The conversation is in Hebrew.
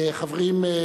חברים,